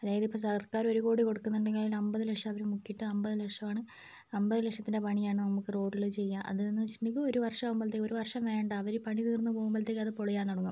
അതായത് ഇപ്പോൾ സർക്കാർ ഒരു കോടി കൊടുക്കുന്നുണ്ടെങ്കിൽ അതിൽ അമ്പത് ലക്ഷം അവർ മുക്കിയിട്ട് അമ്പത് ലക്ഷമാണ് അമ്പത് ലകഷത്തിൻ്റെ പണിയാണ് നമുക്ക് റോഡിൽ ചെയ്യുക അത് ന് വെച്ചിട്ടുണ്ടെങ്കില് ഒരു വർഷം ആകുമ്പോഴേക്കും ഒരു വർഷം വേണ്ട അവർ പണി തീർന്ന് പോവുമ്പോഴത്തേക്കും അത് പൊളിയാൻ തുടങ്ങും